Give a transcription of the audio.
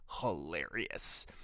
hilarious